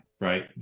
right